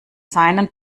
seinen